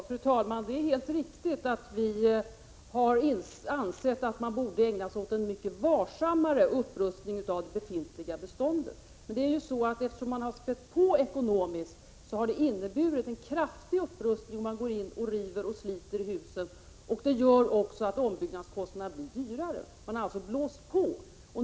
Fru talman! Det är helt riktigt att vi har ansett att man borde ägna sig åt en mycket varsammare upprustning av det befintliga beståndet. Eftersom man har spätt på ekonomiskt har det blivit en kraftig upprustning, och man går in och river och sliter i husen, och det gör också ombyggnaderna dyrare. Man har alltså ”blåst på”.